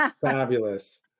fabulous